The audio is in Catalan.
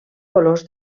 colors